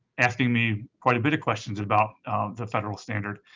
asking me quite a bit of questions about the federal standard.